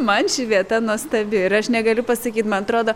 man ši vieta nuostabi ir aš negaliu pasakyti man atrodo